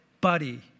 buddy